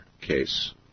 case